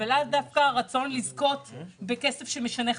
ולאו דווקא רצון לזכות בכסף שמשנה חיים.